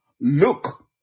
Look